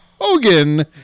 Hogan